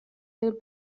del